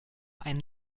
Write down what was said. ein